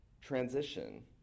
transition